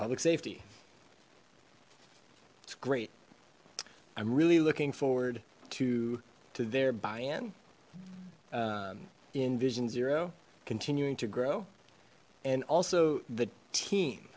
public safety it's great i'm really looking forward to thereby in envision zero continuing to grow and also the team